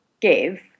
give